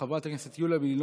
חברת הכנסת יוליה מלינובסקי,